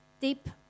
Deep